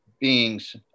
beings